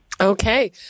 Okay